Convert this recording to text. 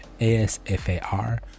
ASFAR